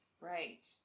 Right